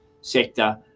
sector